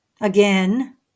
again